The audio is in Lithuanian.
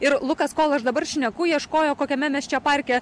ir lukas kol aš dabar šneku ieškojo kokiame mes čia parke